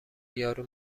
یارو